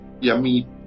yummy